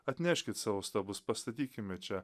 atneškit savo stabus pastatykime čia